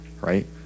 Right